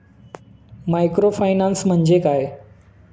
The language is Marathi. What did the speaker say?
मायक्रोफायनान्स म्हणजे काय?